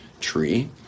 tree